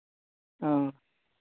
ᱦᱮᱸ